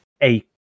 eight